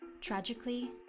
Tragically